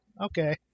Okay